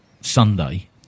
Sunday